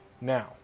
Now